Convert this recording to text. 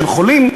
שהם חולים,